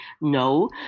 No